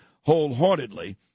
wholeheartedly